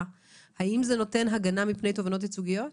האם זה נותן הגנה מפני תובענות ייצוגיות?